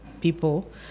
people